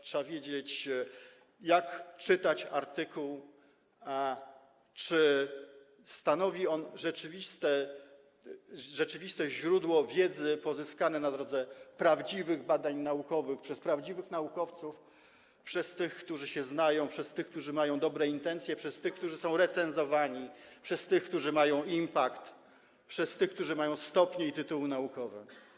Trzeba wiedzieć, jak czytać artykuł, czy stanowi on rzeczywiste źródło wiedzy pozyskanej w drodze prawdziwych badań naukowych przez prawdziwych naukowców, przez tych, którzy się na tym znają, przez tych, którzy mają dobre intencje, przez tych, którzy są recenzowani, przez tych, którzy mają impact, przez tych, którzy mają stopnie i tytuły naukowe.